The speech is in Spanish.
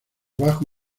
bajo